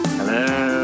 Hello